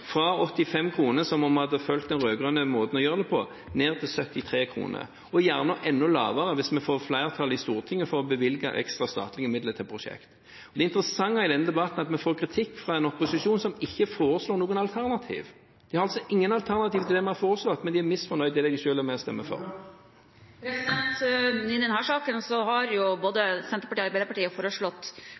fra 85 kr, om vi hadde fulgt den rød-grønne måten å gjøre det på, til 73 kr og gjerne enda lavere, hvis vi får flertall i Stortinget for å bevilge ekstra statlige midler til prosjekter. Det interessante i denne debatten er at vi får kritikk fra en opposisjon som ikke foreslår noen alternativer. De har altså ingen alternativer til det vi har foreslått, men de er misfornøyd med det de selv har nedsatt. I denne saken har både Senterpartiet og Arbeiderpartiet foreslått